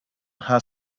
her